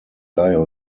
daher